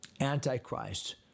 Antichrist